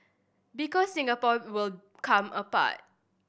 because Singapore will come apart